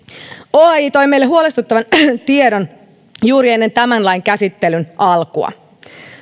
oaj toi meille huolestuttavan tiedon juuri ennen tämän lain käsittelyn alkua